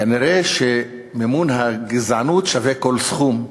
כנראה מימון הגזענות שווה כל סכום,